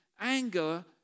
anger